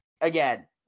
again